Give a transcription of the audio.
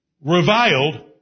reviled